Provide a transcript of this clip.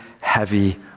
heavy